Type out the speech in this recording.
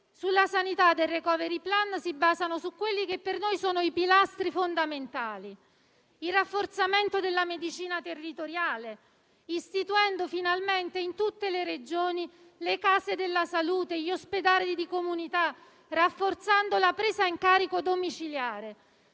su tale materia si basano su quelli che per noi sono i pilastri fondamentali: il rafforzamento della medicina territoriale, istituendo finalmente in tutte le Regioni le case della salute, gli ospedali di comunità, rafforzando la presa in carico domiciliare,